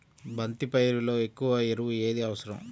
బంతి పైరులో ఎక్కువ ఎరువు ఏది అవసరం?